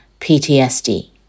PTSD